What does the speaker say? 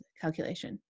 calculation